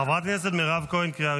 חשוב מה שאתה אומר, לא מה החמאס אומר.